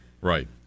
Right